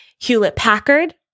Hewlett-Packard